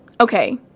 Okay